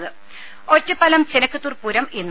ദേദ ഒറ്റപ്പാലം ചെനക്കത്തൂർ പൂരം ഇന്ന്